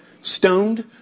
stoned